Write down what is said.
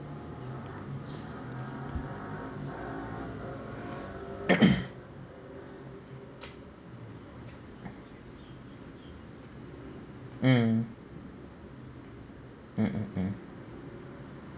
mm mm mm mm